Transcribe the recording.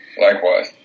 Likewise